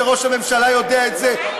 שראש הממשלה יודע את זה,